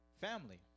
Family